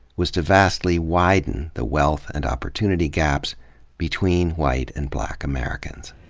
was to vastly widen the wealth and opportunity gaps between white and black americans.